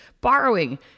borrowing